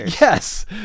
Yes